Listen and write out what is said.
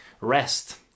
Rest